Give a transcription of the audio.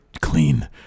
clean